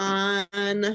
on